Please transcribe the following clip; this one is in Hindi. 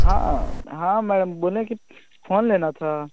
हाँ हाँ मैडम बोलें कि फ़ोन लेना था